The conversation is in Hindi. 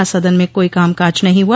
आज सदन में कोई कामकाज नहीं हुआ